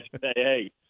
hey